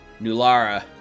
Nulara